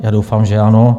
Já doufám, že ano.